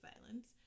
violence